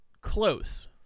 Close